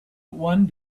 one